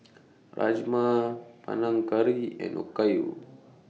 Rajma Panang Curry and Okayu